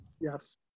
Yes